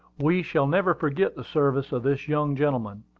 we shall never forget the service of this young gentleman.